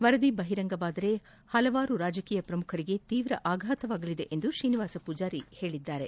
ವರದಿ ಬಹಿರಂಗವಾದರೆ ಹಲವಾರು ರಾಜಕೀಯ ಪ್ರಮುಖರಿಗೆ ತೀವ್ರ ಆಘಾತವಾಗಲಿದೆ ಎಂದು ಶ್ರೀನಿವಾಸ ಪೂಜಾರಿ ಹೇಳಿದ್ದಾರೆ